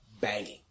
banging